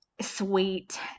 sweet